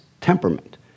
temperament